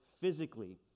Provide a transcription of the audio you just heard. physically